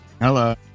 Hello